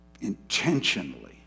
intentionally